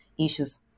issues